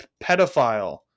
pedophile